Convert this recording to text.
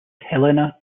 helena